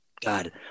God